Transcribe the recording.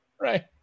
Right